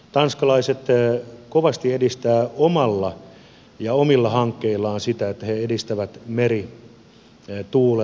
tanskalaiset kovasti edistävät omilla hankkeillaan merituulivoiman rakentamista